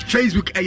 Facebook